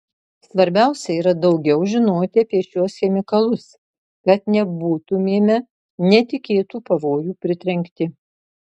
svarbiausia yra daugiau žinoti apie šiuos chemikalus kad nebūtumėme netikėtų pavojų pritrenkti